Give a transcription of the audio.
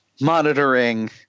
monitoring